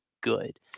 good